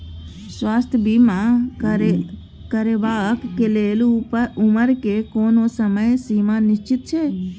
स्वास्थ्य बीमा करेवाक के लेल उमर के कोनो समय सीमा निश्चित छै?